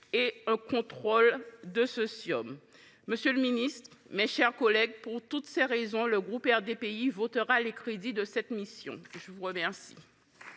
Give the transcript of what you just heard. faut un contrôle ! Monsieur le ministre, mes chers collègues, pour toutes ces raisons, le groupe RDPI votera les crédits de cette mission. La parole